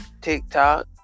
TikTok